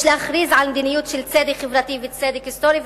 יש להכריז על מדיניות של צדק חברתי וצדק היסטורי.